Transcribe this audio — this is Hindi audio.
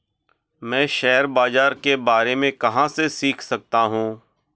मैं शेयर बाज़ार के बारे में कहाँ से सीख सकता हूँ?